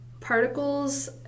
Particles